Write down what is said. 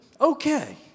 Okay